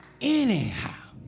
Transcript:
anyhow